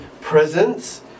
presence